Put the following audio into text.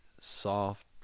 soft